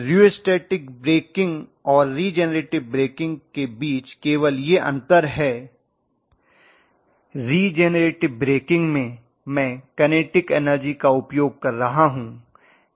rheostatic braking और regenerative braking के बीच केवल यह अंतर है रिजेनरेटिव ब्रेकिंग में मैं कनेटिक एनर्जी का उपयोग कर रहा हूं